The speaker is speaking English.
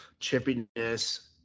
chippiness